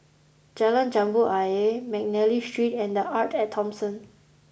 Jalan Jambu Ayer McNally Street and The Arte at Thomson